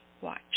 watch